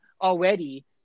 already